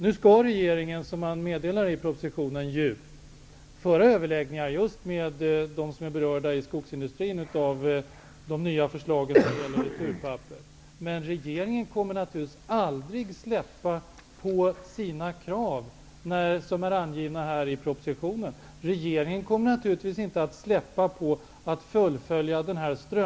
Nu skall ju regeringen, som den meddelar i propositionen, föra överläggningar med dem som inom skogsindustrin är berörda av de nya förslagen när det gäller returpapper. Men regeringen kommer naturligtvis aldrig att ge avkall på de krav som den anger i propositionen. Regeringen kommer naturligtvis inte heller att överge strömfåran i detta arbete.